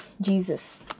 Jesus